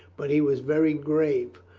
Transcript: but he was very grave.